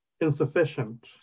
insufficient